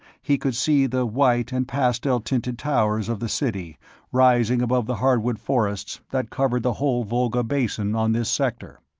he could see the white and pastel-tinted towers of the city rising above the hardwood forests that covered the whole volga basin on this sector.